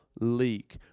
leak